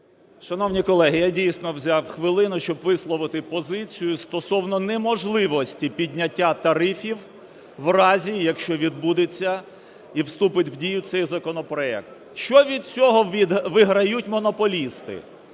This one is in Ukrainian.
Шановні колеги, я дійсно взяв хвилину, щоб висловити позицію стосовно неможливості підняття тарифів в разі, якщо відбудеться і вступить в дію цей законопроект. Що від цього виграють монополісти?